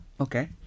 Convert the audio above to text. Okay